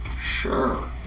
Sure